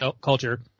culture